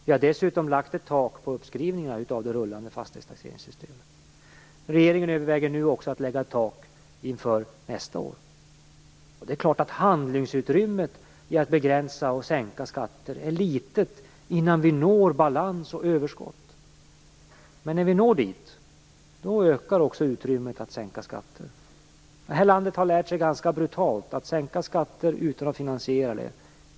Vi har dessutom fastlagt ett tak för uppskrivningarna av det rullande fastighetstaxeringssystemet, och regeringen överväger nu att också fastlägga ett tak inför nästa år. Det är klart att handlingsutrymmet för att begränsa och sänka skatter är litet innan vi når balans och överskott. Men när vi når dit ökar också utrymmet för att sänka skatter. Det här landet har lärt sig att ganska brutalt sänka skatter utan att finansiera det.